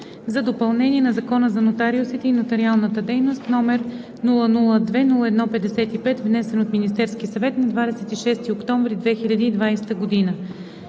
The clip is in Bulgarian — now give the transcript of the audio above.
и допълнение на Закона за нотариусите и нотариалната дейност, № 002-01-55, внесен от Министерския съвет на 26 октомври 2020 г.